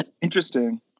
Interesting